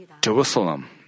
Jerusalem